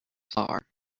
far